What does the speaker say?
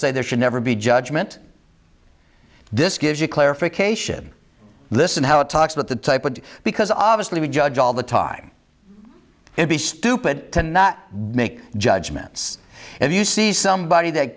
say there should never be judgment this gives you clarification this is how it talks about the type of because obviously we judge all the time and be stupid to not make judgments and you see somebody that